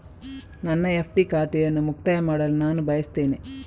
ನನ್ನ ಎಫ್.ಡಿ ಖಾತೆಯನ್ನು ಮುಕ್ತಾಯ ಮಾಡಲು ನಾನು ಬಯಸ್ತೆನೆ